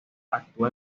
actuó